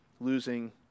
losing